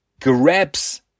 grabs